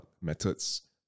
methods